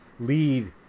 lead